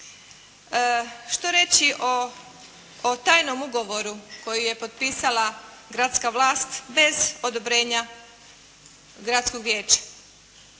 Što reći o tajnom ugovoru koji je potpisala gradska Vlast bez odobrenja gradskog Vijeća?